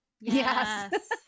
Yes